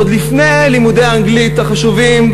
עוד לפני לימודי האנגלית החשובים,